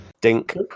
Dink